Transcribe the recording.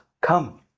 Come